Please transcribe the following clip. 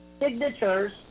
signatures